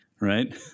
Right